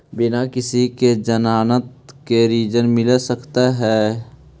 बिना किसी के ज़मानत के ऋण मिल सकता है?